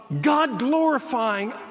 God-glorifying